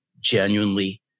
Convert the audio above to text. genuinely